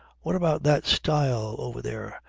what about that stile over there?